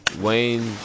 Wayne